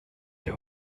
hier